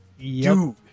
Dude